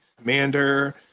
Commander